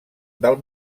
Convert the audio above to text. del